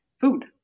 food